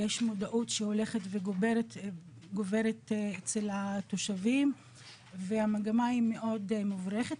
יש מודעות שהולכת וגוברת אצל התושבים והמגמה היא מאוד מבורכת.